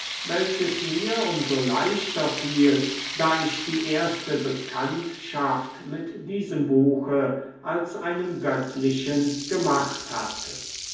welches mir um so leichter fiel da ich die erste bekanntschaft mit diesem buche als einem göttlichen gemacht hatte